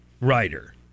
writer